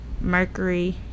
Mercury